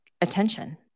attention